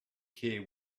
care